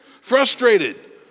Frustrated